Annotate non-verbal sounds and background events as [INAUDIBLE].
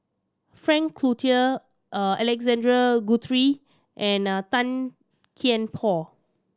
Frank Cloutier [HESITATION] Alexander Guthrie and [HESITATION] Tan Kian Por